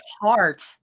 heart